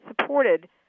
supported